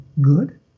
good